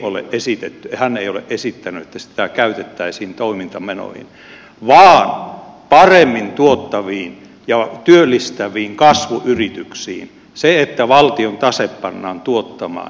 missään vaiheessa hän ei ole esittänyt että sitä käytettäisiin toimintamenoihin vaan paremmin tuottaviin ja työllistäviin kasvuyrityksiin siihen että valtion tase pannaan tuottamaan